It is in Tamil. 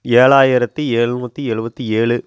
ஏழாயிரத்தி எழுநூற்றி எழுபத்தி ஏழு